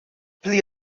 pli